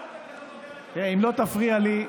אם לא תפריע לי,